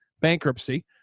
bankruptcy